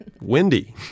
windy